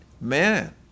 man